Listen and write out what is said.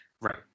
right